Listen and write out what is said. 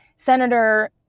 Senator